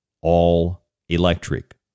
all-electric